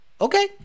Okay